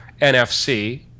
NFC